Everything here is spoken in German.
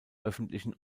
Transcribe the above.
öffentlichen